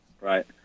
Right